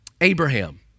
Abraham